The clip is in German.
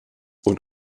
und